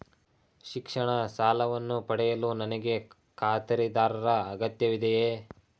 ಶಿಕ್ಷಣ ಸಾಲವನ್ನು ಪಡೆಯಲು ನನಗೆ ಖಾತರಿದಾರರ ಅಗತ್ಯವಿದೆಯೇ?